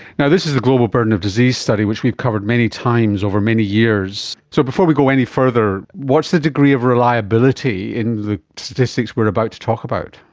yeah this is the global burden of disease study which we've covered many times over many years. so before we go any further, what's the degree of reliability in the statistics we are about to talk about?